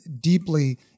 deeply